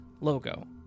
logo